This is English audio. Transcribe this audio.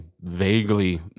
vaguely